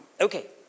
Okay